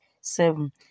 Seven